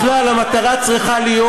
בכלל, המטרה צריכה להיות,